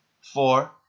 Four